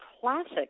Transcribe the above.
classic